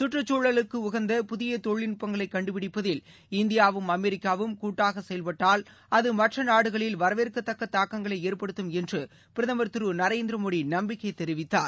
கற்றுக்குழலுக்கு உகந்த புதிய தொழில்நட்பங்களை கண்டுபிடிப்பதில் இந்தியாவும் அமெரிக்காவும் கூட்டாக செயல்பட்டால் அது மற்ற நாடுகளில் வரவேற்கத்தக்க தாக்கங்களை ஏற்படுத்தம் என்று பிரதமர் திரு நரேந்திர மோடி நம்பிக்கை தெரிவித்தார்